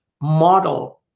model